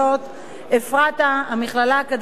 "אפרתה" המכללה האקדמית לחינוך,